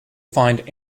find